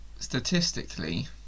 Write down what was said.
Statistically